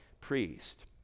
priest